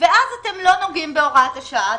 ואז אתם לא נוגעים בהוראת השעה.